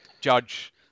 judge